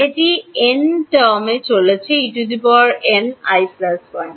এটি এন টার্মে চলছে Eni1